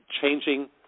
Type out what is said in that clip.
changing